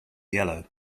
yellow